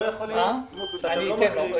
לא יכול להיות שלא מחריגים.